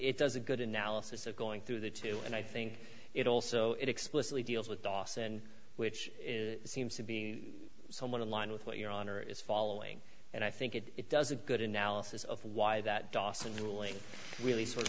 it does a good analysis of going through the two and i think it also explicitly deals with dawson which is seems to be someone in line with what your honor is following and i think it it does it good analysis of why that dawson ruling really sort of